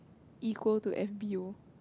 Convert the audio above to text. equal to F_B_O